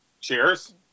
Cheers